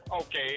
Okay